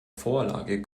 vorlage